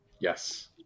yes